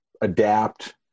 adapt